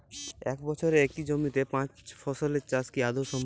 এক বছরে একই জমিতে পাঁচ ফসলের চাষ কি আদৌ সম্ভব?